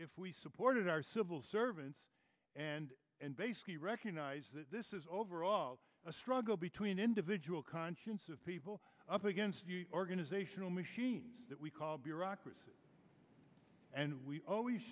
if we supported our civil servants and and basically recognize that this is overall a struggle between individual conscience of people up against organizational machines that we call bureaucracy and we always